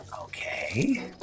Okay